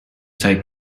take